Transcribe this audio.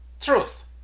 truth